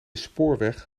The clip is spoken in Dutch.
spoorweg